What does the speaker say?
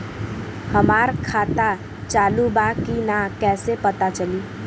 हमार खाता चालू बा कि ना कैसे पता चली?